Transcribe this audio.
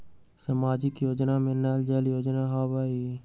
सामाजिक योजना में नल जल योजना आवहई?